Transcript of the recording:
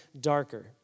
darker